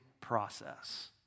process